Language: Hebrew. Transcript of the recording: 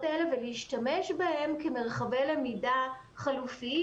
האלה ולהשתמש בהם כמרחבי למידה חלופיים,